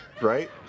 right